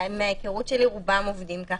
מההיכרות שלי רובם עובדים ככה.